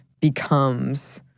becomes